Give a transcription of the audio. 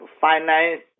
finance